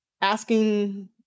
asking